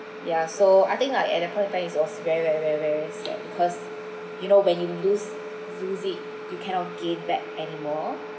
ya so I think like at that point of time it was very very very very sad because you know when you lose lose it you cannot gain back anymore